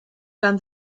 gan